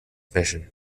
mission